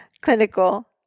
clinical